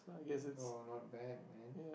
oh not bad man